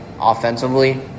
offensively